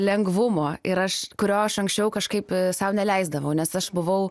lengvumo ir aš kurio aš anksčiau kažkaip sau neleisdavau nes aš buvau